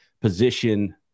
position